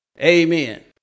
Amen